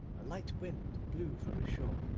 a light wind blew from the shore,